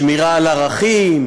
שמירה על ערכים,